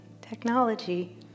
Technology